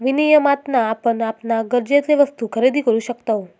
विनियमातना आपण आपणाक गरजेचे वस्तु खरेदी करु शकतव